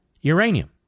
uranium